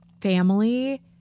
family –